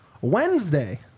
Wednesday